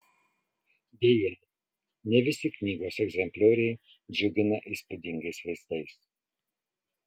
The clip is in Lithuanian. deja ne visi knygos egzemplioriai džiugina įspūdingais vaizdais